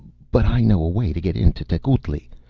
but i know a way to get into tecuhltli.